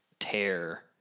tear